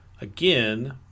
again